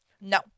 no